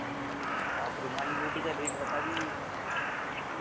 आप रुमाली रोटी का रेट बता दीजिए